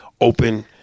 open